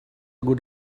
good